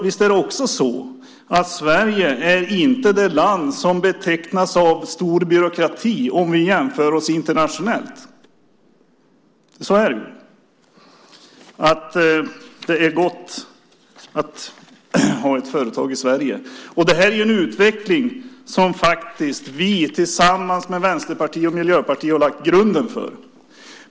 Visst är det också så att Sverige vid en internationell jämförelse är ett land som inte betecknas av en stor byråkrati - så är det ju - och att det är gott att ha ett företag i Sverige. Denna utveckling har faktiskt vi socialdemokrater tillsammans med Vänsterpartiet och Miljöpartiet lagt grunden för.